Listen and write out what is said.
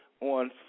on